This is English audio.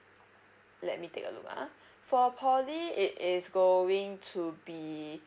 let me take a look ah for poly it is going to be